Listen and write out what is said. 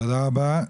תודה רבה.